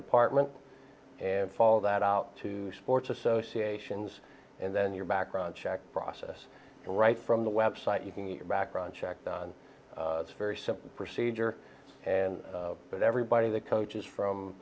apartment and follow that out to sports associations and then your background check process right from the website you can get a background check done it's very simple procedure but everybody the coaches from